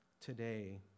today